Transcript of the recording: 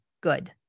good